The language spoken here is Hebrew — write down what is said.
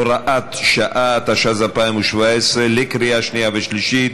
הוראת שעה), התשע"ז 2017, לקריאה שנייה ושלישית.